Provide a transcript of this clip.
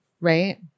right